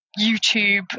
YouTube